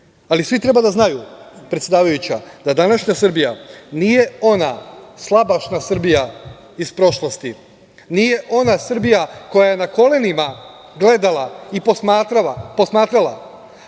svi treba da znaju predsedavajuća, da današnja Srbija nije ona slabaša Srbija iz prošlosti, nije ona Srbija koja je na kolenima gledala i posmatrala